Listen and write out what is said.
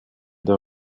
der